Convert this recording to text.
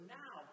now